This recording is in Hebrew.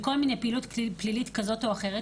לפעילות פלילית כזו או אחרת,